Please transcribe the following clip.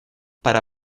para